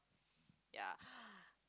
ya